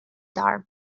dar